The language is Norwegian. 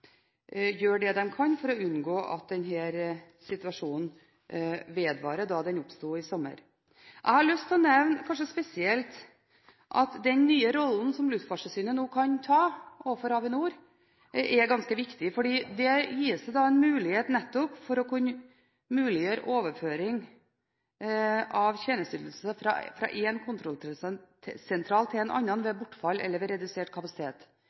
det det kan for å unngå at den situasjonen som oppsto i sommer, vedvarer. Jeg har lyst til kanskje spesielt å nevne at den nye rollen som Luftfartstilsynet nå kan ta overfor Avinor, er ganske viktig, for der gis det en mulighet for nettopp å kunne overføre tjenesteytelsene fra en kontrollsentral til en annen ved bortfall av eller ved redusert kapasitet.